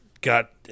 got